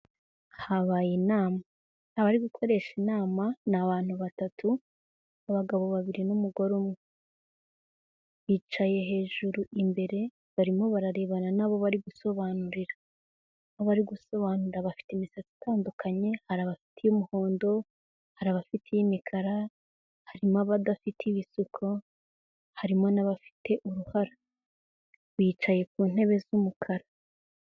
Habaye inama abari gukoresha inama ni abantu batatu, abagabo babiri n'umugore umwe, bicaye hejuru imbere barimo bararebana n'abo bari gusobanurira, abo bari gusobanura bafite imisatsi itandukanye, hari abafite iy'umuhondo, hari abafite iy'imikara, harimo abadafite ibisuko, harimo n'abafite uruhara, bicaye ku ntebe z'umukara.